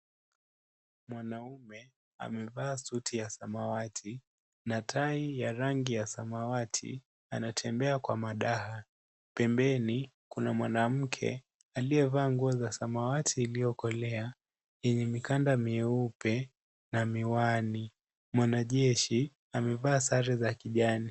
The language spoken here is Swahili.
Mwanaume amevaa suti ya samawati na tai ya rangi ya samawati anatembea kwa madaha. Pembeni kuna mwanamke aliyevaa nguo za samawati iliyokolea yenye mikanda mieupe na miwani. Mwanajeshi amevaa sare za kijani.